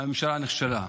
הממשלה נכשלה.